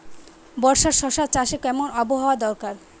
বর্ষার শশা চাষে কেমন আবহাওয়া দরকার?